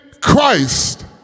Christ